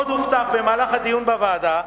עוד הובטח במהלך הדיון בוועדה,